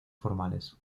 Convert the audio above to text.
formales